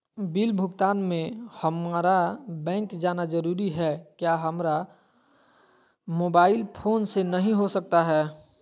Bill भुगतान में हम्मारा बैंक जाना जरूर है क्या हमारा मोबाइल फोन से नहीं हो सकता है?